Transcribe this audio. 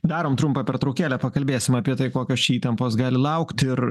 darom trumpą pertraukėlę pakalbėsim apie tai kokios čia įtampos gali laukt ir